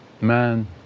man